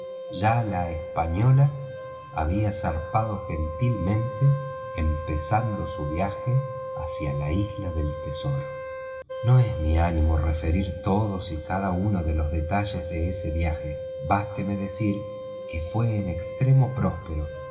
ya la española había zarpado gentilmente empezando su viaje hacía la isla del tesoro no es mi ánimo referir todos y cada uno de los detalles de ese viaje básteme decir que fué en extremo próspero